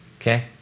okay